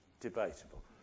debatable